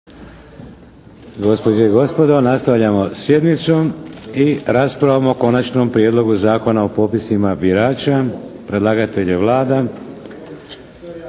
Gospođe i gospodo, nastavljamo sjednicu i raspravom o - Konačni prijedlog Zakona o popisima birača, drugo čitanje.